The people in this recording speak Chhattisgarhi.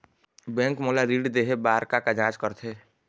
बैंक मोला ऋण देहे बार का का जांच करथे?